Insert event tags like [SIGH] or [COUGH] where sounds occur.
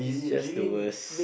he's just the worst [BREATH]